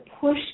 push